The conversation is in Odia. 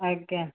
ଆଜ୍ଞା